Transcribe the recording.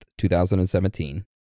2017